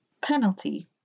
Penalty